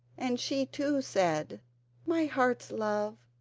and she too said my heart's love,